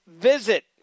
visit